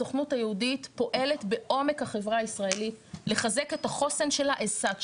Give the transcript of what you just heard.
הסוכנות היהודית פועלת בעומק החברה הישראלית לחזק את החוסן שלה ככזה,